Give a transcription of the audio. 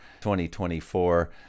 2024